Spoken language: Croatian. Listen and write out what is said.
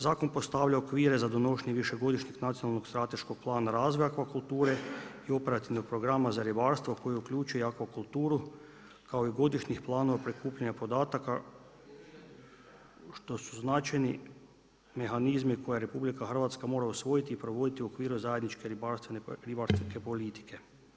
Zakon postavlja okvire za donošenje višegodišnjeg strateškog plana razvoja akvakulture i operativnog programa za ribarstvo koje uključuje i akvakulturu kao i godišnjih planova prikupljanja podataka što su značajni mehanizmi koje RH mora usvojiti i provoditi u okviru zajedničke ribarske politike.